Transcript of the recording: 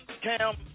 Cam